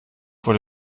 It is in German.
vor